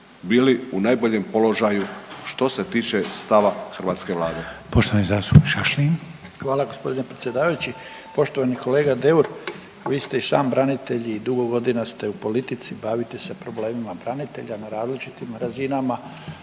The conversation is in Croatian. bili u najboljem položaju što se tiče stava hrvatske Vlade.